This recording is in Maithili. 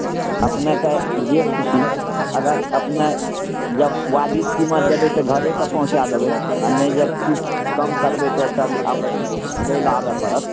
अपनेके जे खुशी अगर अपने जब वाजिब कीमत देबै तऽ घरेकेँ पहुँचा देबै आ नहि जे किछु कम करबै तऽ तब अपने लै लए आबय पड़त